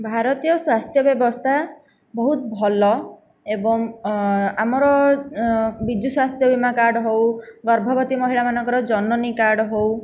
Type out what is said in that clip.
ଭାରତୀୟ ସ୍ୱାସ୍ଥ୍ୟ ବ୍ୟବସ୍ଥା ବହୁତ ଭଲ ଏବଂ ଆମର ବିଜୁ ସ୍ୱାସ୍ଥ୍ୟ ବୀମା କାର୍ଡ଼ ହଉ ଗର୍ଭବତୀ ମହିଳା ମାନଙ୍କର ଜନନୀ କାର୍ଡ଼ ହଉ